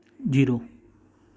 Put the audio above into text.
zero